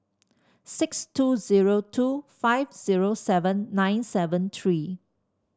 six two zero two five zero seven nine seven three